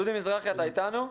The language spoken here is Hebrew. דודי מזרחי, אתה איתנו?